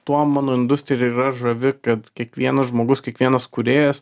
tuo mano industrija ir yra žavi kad kiekvienas žmogus kiekvienas kūrėjas